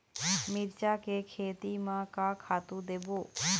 मिरचा के खेती म का खातू देबो?